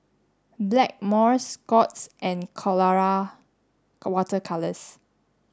Blackmores Scott's and Colora water colors